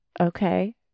Okay